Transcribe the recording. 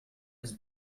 his